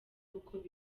uko